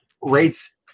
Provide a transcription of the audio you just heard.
Rates